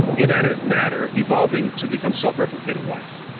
inanimate matter evolving to become self-replicating life.